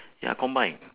ya combine